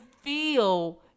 feel